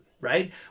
right